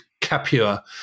Capua